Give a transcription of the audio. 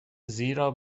زیرا